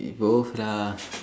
we both lah